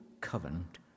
covenant